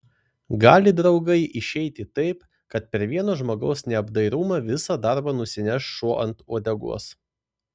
gali draugai išeiti taip kad per vieno žmogaus neapdairumą visą darbą nusineš šuo ant uodegos